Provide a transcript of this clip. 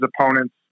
opponents